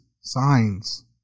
signs